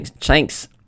Thanks